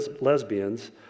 lesbians